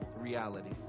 reality